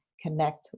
connect